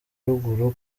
ruguru